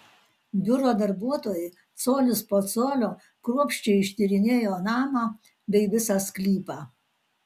biuro darbuotojai colis po colio kruopščiai ištyrinėjo namą bei visą sklypą